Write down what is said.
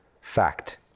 fact